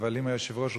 אבל אם היושב-ראש רוצה,